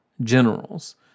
generals